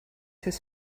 his